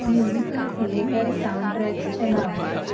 musical theatre soundtracks ચલાવો